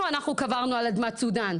אבל אף אחד מהם לא טרח לא לקבל את עולי אתיופיה,